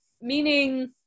meaning